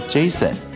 Jason